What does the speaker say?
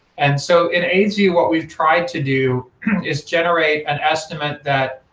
and so in aidsvu what we've tried to do is generate an estimate that,